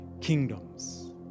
kingdoms